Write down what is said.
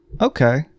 Okay